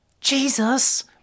Jesus